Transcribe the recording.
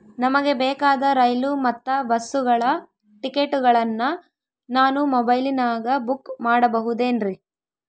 ನಮಗೆ ಬೇಕಾದ ರೈಲು ಮತ್ತ ಬಸ್ಸುಗಳ ಟಿಕೆಟುಗಳನ್ನ ನಾನು ಮೊಬೈಲಿನಾಗ ಬುಕ್ ಮಾಡಬಹುದೇನ್ರಿ?